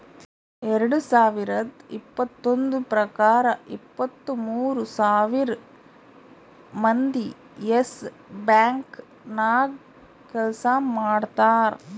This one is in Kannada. ಎರಡು ಸಾವಿರದ್ ಇಪ್ಪತ್ತೊಂದು ಪ್ರಕಾರ ಇಪ್ಪತ್ತು ಮೂರ್ ಸಾವಿರ್ ಮಂದಿ ಯೆಸ್ ಬ್ಯಾಂಕ್ ನಾಗ್ ಕೆಲ್ಸಾ ಮಾಡ್ತಾರ್